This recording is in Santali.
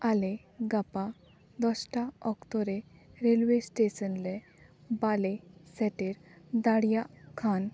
ᱟᱞᱮ ᱜᱟᱯᱟ ᱫᱚᱥᱴᱟ ᱚᱠᱛᱚ ᱨᱮ ᱨᱮᱹᱞ ᱚᱣᱮ ᱮᱥᱴᱮᱥᱮᱱ ᱞᱮ ᱵᱟᱞᱮ ᱥᱮᱴᱮᱨ ᱫᱟᱲᱮᱭᱟᱜ ᱠᱷᱟᱱ